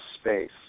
space